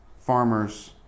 farmers